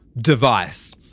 device